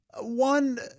one